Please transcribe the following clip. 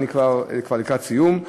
אני כבר לקראת סיום,